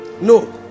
No